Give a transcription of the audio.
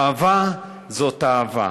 אהבה זאת אהבה.